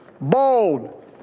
bold